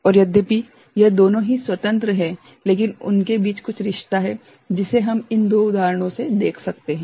और यद्यपि यह दोनों ही स्वतंत्र है लेकिन उनके बीच कुछ रिश्ता है जिसे हम इन दो उदाहरणों में देख सकते हैं